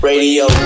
Radio